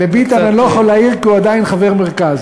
לביטן אני לא יכול להעיר, כי הוא עדיין חבר מרכז.